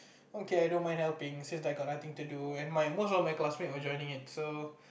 okay I don't mind helping since I got nothing to do and my most of my classmates were joining it so